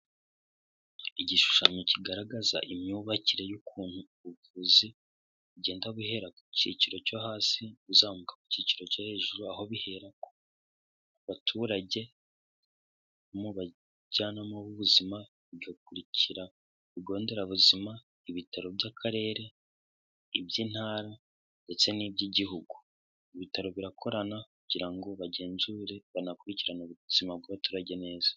Igishushanyo kigaragaza imyubakire y'ukuntu ubuvuzi bugenda buhera ku cyiciro cyo hasi buzamuka ku cyiciro cyo hejuru aho bihera ku baturage mu bajyanama b'ubuzima bigakurikira ibigo nderabuzima, ibitaro by'akarere, iby'intara ndetse n'iby'igihugu. Ibitaro birakorana kugira ngo bagenzure banakurikirana ubuzima bw'abaturage neza.